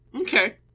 Okay